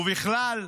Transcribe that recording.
ובכלל,